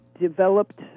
developed